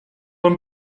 een